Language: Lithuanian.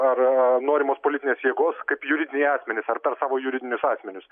ar norimos politinės jėgos kaip juridiniai asmenys ar per savo juridinius asmenius